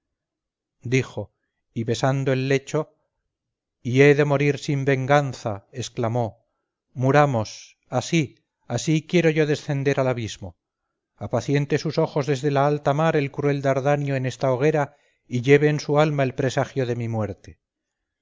dijo y besando el lecho y he de morir sin venganza exclamó muramos así así quiero yo descender al abismo apaciente sus ojos desde la alta mar el cruel dardanio en esta hoguera y lleve en su alma el presagio de mi muerte